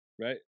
Right